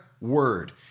word